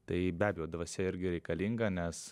tai be abejo dvasia irgi reikalinga nes